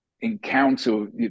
encounter